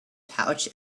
pouch